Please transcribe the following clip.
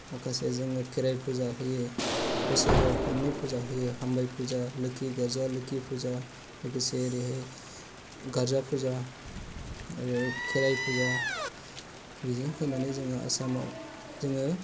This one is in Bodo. माखासे जोङो खेराइ फुजा होयो बोसोराव खन्नै फुजा होयो हामबाय फुजा लोक्षि गाजा लोक्षि फुजा लोगोसे ओरैहाय गारजा फुजा ओरैहाय खेराइ फुजा बेजों होनानै जोङो आसामाव जोङो